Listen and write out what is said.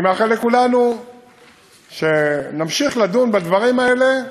אני מאחל לכולנו שנמשיך לדון בדברים האלה,